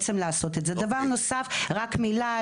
התפיסה שלכם שדרכון היא מתנה לאדם, זה שגוי.